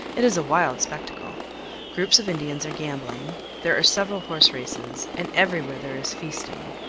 it is a wild spectacle groups of indians are gambling, there are several horse races, and everywhere there is feasting.